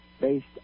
based